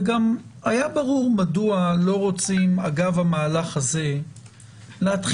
וגם היה ברור מדוע לא רוצים אגב המהלך הזה להתחיל